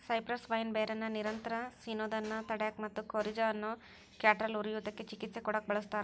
cypress vine ಬೇರನ್ನ ನಿರಂತರ ಸಿನೋದನ್ನ ತಡ್ಯಾಕ ಮತ್ತ ಕೋರಿಜಾ ಅನ್ನೋ ಕ್ಯಾಟರಾಲ್ ಉರಿಯೂತಕ್ಕ ಚಿಕಿತ್ಸೆ ಕೊಡಾಕ ಬಳಸ್ತಾರ